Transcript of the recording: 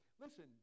Listen